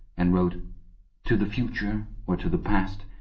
and wrote to the future or to the past,